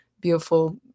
beautiful